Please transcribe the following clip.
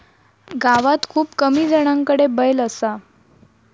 गावात खूप कमी जणांकडे बैल असा